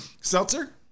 Seltzer